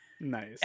nice